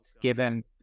given